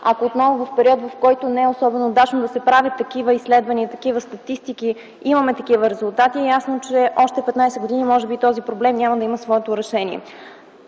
ако отново в период, в който не е особено удачно да се правят такива изследвания и такива статистики имаме такива резултати, е ясно, че още 15 години, може би този проблем няма да има своето решение.